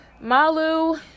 Malu